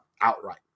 outright